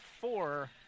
four